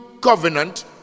covenant